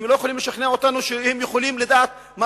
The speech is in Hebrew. הם לא יכולים לשכנע אותנו שהם יכולים לדעת מה